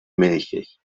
milchig